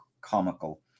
comical